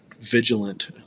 vigilant